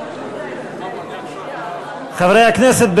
חברי הכנסת,